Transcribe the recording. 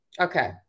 Okay